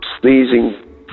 sneezing